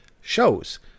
shows